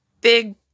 big